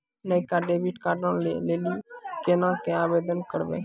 नयका डेबिट कार्डो लै लेली केना के आवेदन करबै?